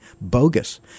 bogus